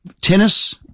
Tennis